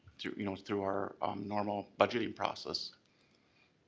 through you know through our normal budgeting process.